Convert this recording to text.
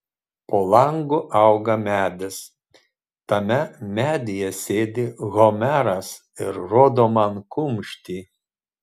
po langu auga medis tame medyje sėdi homeras ir rodo man kumštį